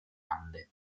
ande